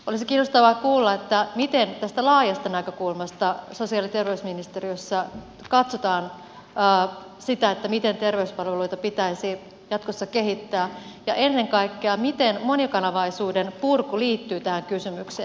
olisi kiinnostavaa kuulla miten tästä laajasta näkökulmasta sosiaali ja terveysministeriössä katsotaan sitä miten terveyspalveluita pitäisi jatkossa kehittää ja ennen kaikkea miten monikanavaisuuden purku liittyy tähän kysymykseen